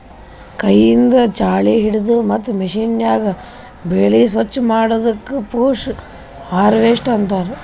ಕೈಯಿಂದ್ ಛಾಳಿ ಹಿಡದು ಮತ್ತ್ ಮಷೀನ್ಯಾಗ ಬೆಳಿ ಸ್ವಚ್ ಮಾಡದಕ್ ಪೋಸ್ಟ್ ಹಾರ್ವೆಸ್ಟ್ ಅಂತಾರ್